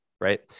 right